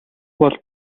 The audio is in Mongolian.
бол